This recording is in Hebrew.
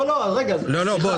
לא, לא, רגע, סליחה.